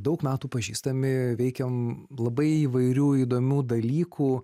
daug metų pažįstami veikiam labai įvairių įdomių dalykų